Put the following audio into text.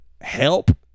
help